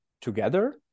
together